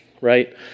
right